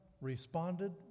responded